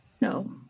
No